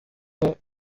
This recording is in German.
der